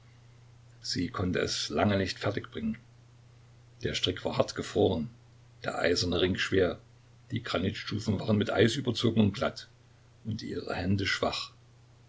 sie konnte es lange nicht fertig bringen der strick war hart gefroren der eiserne ring schwer die granitstufen waren mit eis überzogen und glatt und ihre hände schwach